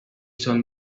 son